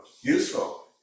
useful